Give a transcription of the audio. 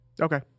Okay